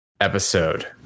episode